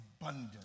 abundant